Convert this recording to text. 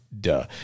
Duh